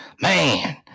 Man